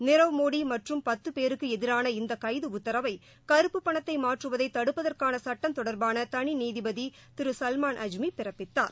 நிரவ் மோடி மற்றும் பத்து பேருக்கும் எதிரான இந்த கைது உத்தரவை கருப்பு பணத்தை மாற்றுவதை தடுப்பதற்கான சுட்டம் தொடர்பான தனி நீதிபதி திரு சல்மான் அஜ்மி பிறப்பித்தார்